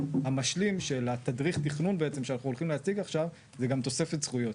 המשלים של התדריך תכנון שאנחנו הולכים להציג עכשיו זה גם תוספת זכויות.